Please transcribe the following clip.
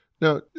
now